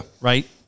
Right